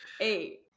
eight